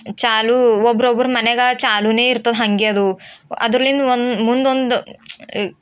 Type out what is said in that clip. ಚಾಲೂ ಒಬ್ಬರೊಬ್ರು ಮನೆಗೆ ಚಾಲೂನೇ ಇರ್ತದೆ ಹಾಗೆ ಅದು ಅದ್ರಲ್ಲಿನ ಒಂದು ಮುಂದೊಂದು